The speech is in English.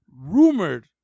rumored